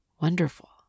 wonderful